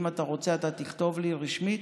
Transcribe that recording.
אם אתה רוצה, אתה תכתוב לי רשמית